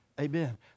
Amen